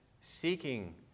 seeking